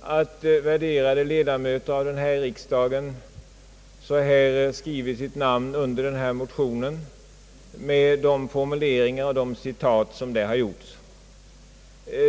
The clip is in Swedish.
att värderade ledamöter av riksdagen skrivit sina namn under denna motion med de formuleringar och de citat som där finns.